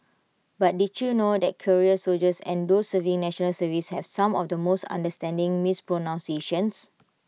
but did you know that career soldiers and those serving National Service have some of the most understanding mispronunciations